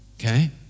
Okay